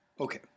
Okay